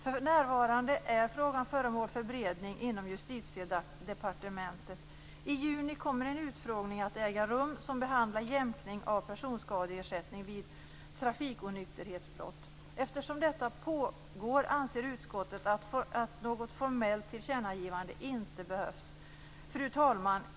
För närvarande är frågan föremål för beredning inom Justitiedepartementet. I juni kommer en utfrågning att äga rum som behandlar jämkning av personskadeersättning vid trafikonykterhetsbrott. Eftersom detta pågår anser utskottet att något formellt tillkännagivande inte behövs. Fru talman!